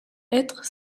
être